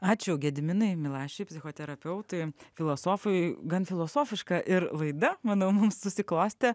ačiū gediminui milašiui psichoterapeutui filosofui gan filosofiška ir laida manau mums susiklostė